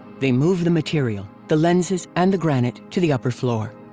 they move the material, the lenses and the granite to the upper floor.